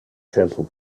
gentle